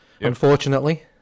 Unfortunately